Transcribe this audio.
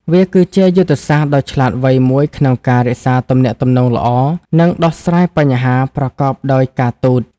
វាគឺជាយុទ្ធសាស្ត្រដ៏ឆ្លាតវៃមួយក្នុងការរក្សាទំនាក់ទំនងល្អ និងដោះស្រាយបញ្ហាប្រកបដោយការទូត។